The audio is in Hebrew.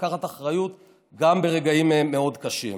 לקחת אחריות גם ברגעים מאוד קשים.